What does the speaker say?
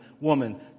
woman